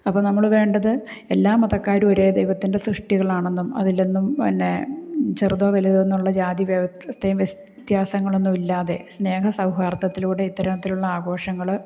അപ്പോൾ നമ്മൾ വേണ്ടത് എല്ലാ മതക്കാരും ഒരേ ദൈവത്തിന്റെ സൃഷ്ടികളാണന്നും അതിലൊന്നും പിന്നെ ചെറുതോ വലുതോ എന്നുള്ള ജാതി വ്യവസ്ഥയും വ്യത്യാസങ്ങളൊന്നും ഇല്ലാതെ സ്നേഹ സൗഹാര്ദ്ദത്തിലൂടെ ഇത്തരത്തിലുള്ള ആഘോഷങ്ങൾ